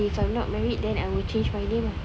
if I'm not married then I will change my name ah